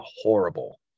horrible